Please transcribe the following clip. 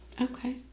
Okay